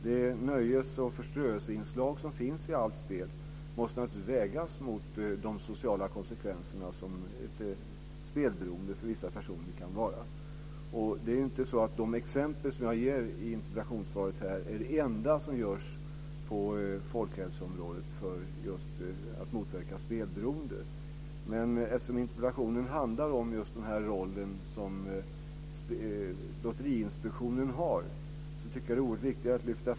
Det nöjes och förströelseinslag som finns i allt spel måste vägas mot de sociala konsekvenser som ett spelberoende kan innebära för vissa personer. De exempel som jag ger i interpellationssvaret är inte det enda som görs på folkhälsoområdet för att motverka spelberoende. Interpellationen handlar om Lotteriinspektionens roll.